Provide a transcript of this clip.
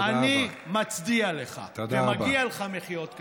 אני מצדיע לך, ומגיעות לך מחיאות כפיים.